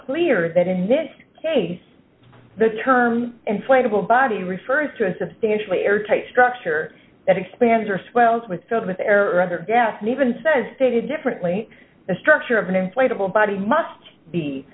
clear that in this case the term inflatable body refers to a substantially air tight structure that expands or swells with filled with air or other gas an even says stated differently the structure of an inflatable body must be